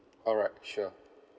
alright sure